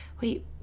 wait